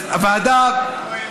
הוועדה, יואל.